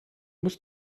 muss